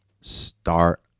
start